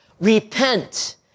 repent